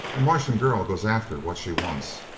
a martian girl goes after what she wants.